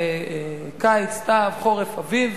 קיץ, סתיו, חורף ואביב.